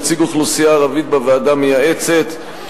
נציג האוכלוסייה הערבית בוועדה מייעצת),